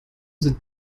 sind